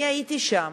אני הייתי שם.